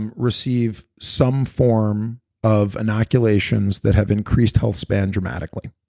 and receive some form of inoculations that have increased health span dramatically